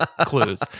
Clues